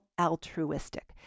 altruistic